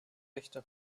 rechte